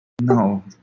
No